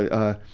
ah, ah,